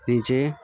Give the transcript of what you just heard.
নিজে